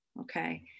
Okay